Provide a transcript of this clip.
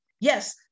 Yes